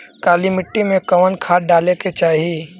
काली मिट्टी में कवन खाद डाले के चाही?